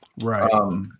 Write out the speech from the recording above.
Right